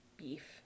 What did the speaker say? Beef